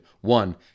One